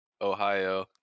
Ohio